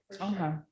okay